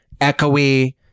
echoey